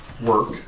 work